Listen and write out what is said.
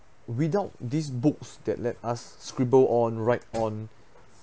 without these books that let us scribble on write on